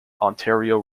ontario